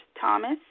Thomas